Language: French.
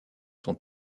sont